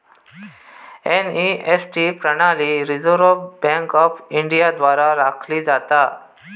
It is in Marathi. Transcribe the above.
एन.ई.एफ.टी प्रणाली रिझर्व्ह बँक ऑफ इंडिया द्वारा राखली जाता